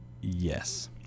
yes